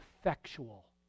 effectual